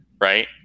right